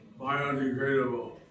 Biodegradable